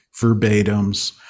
verbatims